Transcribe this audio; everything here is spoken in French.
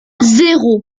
zéro